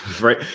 Right